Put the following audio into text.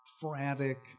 frantic